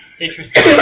Interesting